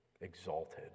exalted